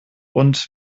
und